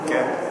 כן.